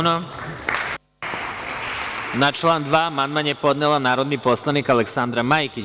Na član 2. amandman je podnela narodni poslanik Aleksandra Majkić.